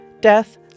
Death